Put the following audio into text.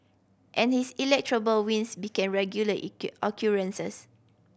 and his wins became regular occurrences